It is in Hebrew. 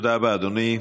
תודה רבה, אדוני.